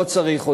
לא צריך אותם.